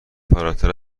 فراتر